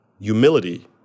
humility